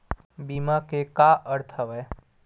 बीमा के का अर्थ हवय?